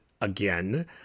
again